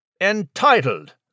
entitled